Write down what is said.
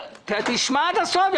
תשמע עד הסוף.